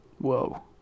Whoa